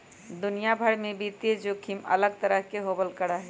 दुनिया भर में वित्तीय जोखिम अलग तरह के होबल करा हई